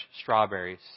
strawberries